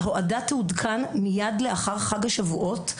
ההועדה תעודכן מיד לאחר חג שבועות,